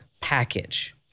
package